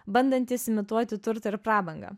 bandantys imituoti turtą ir prabangą